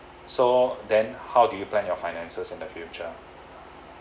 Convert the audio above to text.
so then how do you plan your finances in the future